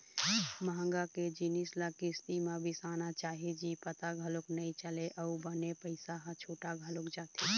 महँगा के जिनिस ल किस्ती म बिसाना चाही जी पता घलोक नइ चलय अउ बने पइसा ह छुटा घलोक जाथे